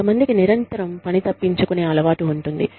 కొంతమందికి నిరంతరం పని తప్పించుకునే అలవాటు ఉంటుంది